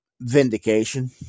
Vindication